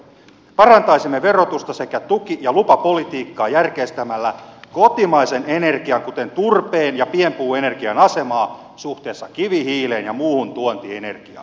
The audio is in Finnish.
parantaisimme verotusta sekä tuki ja lupapolitiikkaa järkeistämällä kotimaisen energian kuten turpeen ja pienpuuenergian asemaa suhteessa kivihiileen ja muuhun tuontienergiaan